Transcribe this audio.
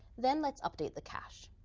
then let's update the cash.